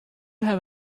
have